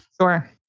Sure